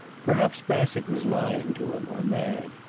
perhaps bassett was lying to him, or mad.